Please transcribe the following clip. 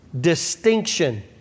Distinction